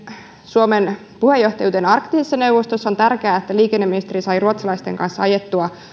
suomen puheenjohtajuuteen arktisessa neuvostossa on tärkeää että liikenneministeri sai ruotsalaisten kanssa ajettua